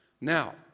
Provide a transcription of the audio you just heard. Now